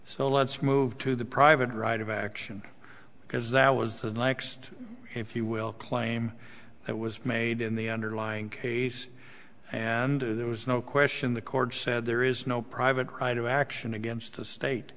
so let's move to the private right of action because that was his next if you will claim it was made in the underlying case and there was no question the court said there is no private cry to action against the state